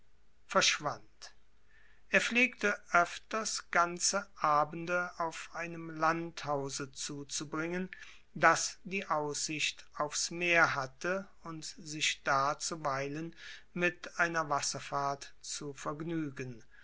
verschwand er pflegte öfters ganze abende auf einem landhause zuzubringen das die aussicht aufs meer hatte und sich da zuweilen mit einer wasserfahrt zu vergnügen